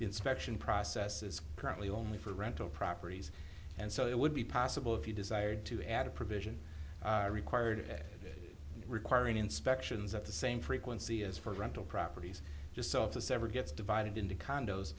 the inspection process is currently only for rental properties and so it would be possible if you desired to add a provision required requiring inspections at the same frequency as for rental properties just off the never gets divided into condos